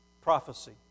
prophecy